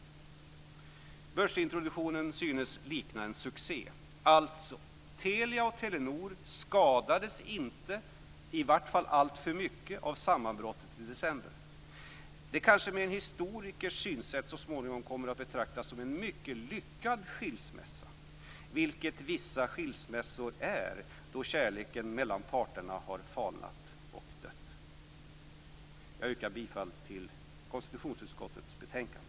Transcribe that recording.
Börsintroduktionen synes likna en succé. Alltså: Telia och Telenor skadades inte, i varje fall alltför mycket, av sammanbrottet i december. Det kanske med en historikers synsätt så småningom kommer att betraktas som en mycket lyckad skilsmässa, vilket vissa skilsmässor är då kärleken mellan parterna har falnat och dött. Jag yrkar på godkännande av anmälan i konstitutionsutskottets betänkande.